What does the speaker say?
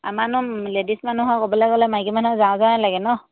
আমাৰনো ladies মানুহৰ ক'বলৈ গ'লে মাইকী মানুহৰ যাওঁ যাওয়ে লাগে নহ্